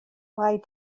why